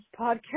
Podcast